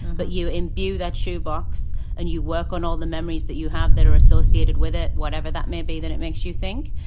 but you imbue that shoe box and you work on all the memories that you have that are associated with it, whatever that may be that it makes you think.